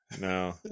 No